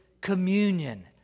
communion